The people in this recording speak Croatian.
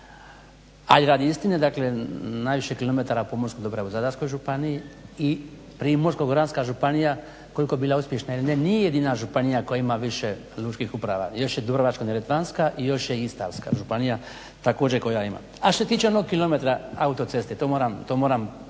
ali radi istine dakle najviše kilometara pomorskog dobra je u Zadarskoj županiji i Primorsko-goranska županija koliko je bila uspješna nije jedina županija koja ima više lučkih uprava, još je Dubrovačko-neretvanska, i još je Istarska županija također koja ima. A što se tiče onog kilometra autoceste, to moram